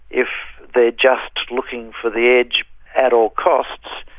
if they are just looking for the edge at all costs,